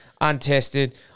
untested